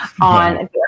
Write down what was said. on